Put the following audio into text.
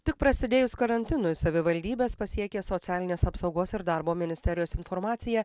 tik prasidėjus karantinui savivaldybes pasiekė socialinės apsaugos ir darbo ministerijos informacija